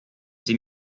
sie